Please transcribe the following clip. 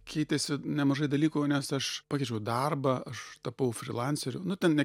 keitėsi nemažai dalykų nes aš pakeičiau darbą aš tapau frilanceriu nu ten ne